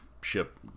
ship